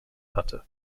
hatte